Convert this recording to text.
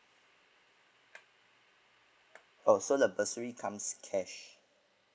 oh so the bursary comes cash